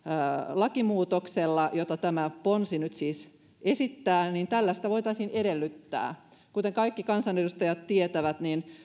lakimuutoksella jota tämä ponsi nyt siis esittää niin tällaista voitaisiin edellyttää kuten kaikki kansanedustajat tietävät